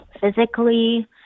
physically